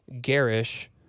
garish